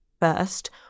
First